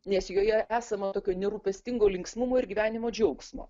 nes joje esama tokio nerūpestingo linksmumo ir gyvenimo džiaugsmo